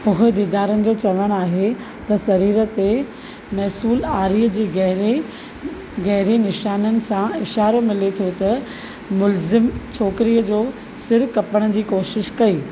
उहदेदारनि जो चवणु आहे त सरीर ते मैसूलु आरीअ जी गहरे गहरे निशाननि सां इशारो मिले थो त मुलज़िमु छोकरीअ जो सिरु कपण जी कोशिशु कई